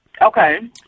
Okay